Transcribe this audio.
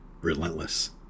Relentless